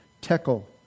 Tekel